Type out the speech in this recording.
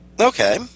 Okay